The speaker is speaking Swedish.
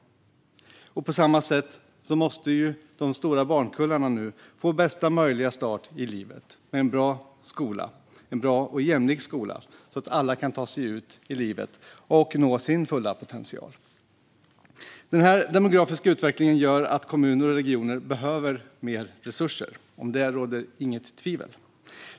På samma sätt måste de stora barnkullarna nu få bästa möjliga start i livet med en bra och jämlik skola, så att alla kan ta sig ut i livet och nå sin fulla potential. Den här demografiska utvecklingen gör att kommuner och regioner behöver mer resurser. Om det råder inget tvivel.